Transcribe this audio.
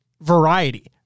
variety